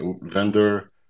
vendor